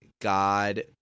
God